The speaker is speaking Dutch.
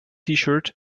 shirt